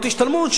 קרנות השתלמות,